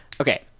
Okay